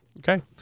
Okay